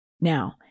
now